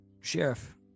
Sheriff